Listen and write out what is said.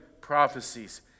prophecies